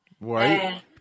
Right